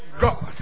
God